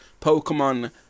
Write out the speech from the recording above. Pokemon